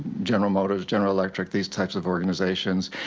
general motors, general electric, these types of organizations,